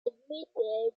admitted